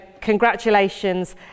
congratulations